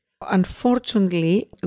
Unfortunately